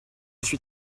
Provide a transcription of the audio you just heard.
suis